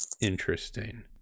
interesting